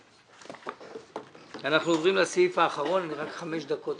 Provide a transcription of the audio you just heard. בשעה 10:20.